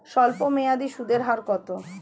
স্বল্পমেয়াদী সুদের হার কত?